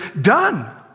done